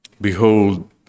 Behold